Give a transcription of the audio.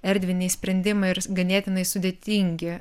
erdviniai sprendimai ir ganėtinai sudėtingi